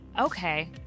Okay